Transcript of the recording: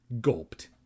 gulped